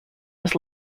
was